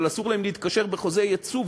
אבל אסור להם להתקשר בחוזה יצוא,